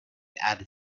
added